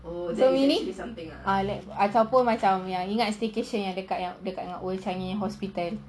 so meaning ataupun staycation ingat staycation dekat dengan old changi hospital